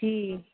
जी